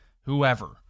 whoever